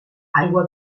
aigua